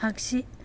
आग्सि